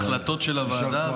אלו החלטות של הוועדה,